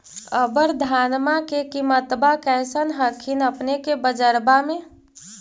अबर धानमा के किमत्बा कैसन हखिन अपने के बजरबा में?